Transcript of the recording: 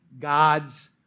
God's